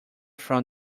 from